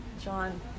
John